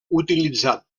utilitzat